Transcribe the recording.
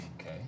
Okay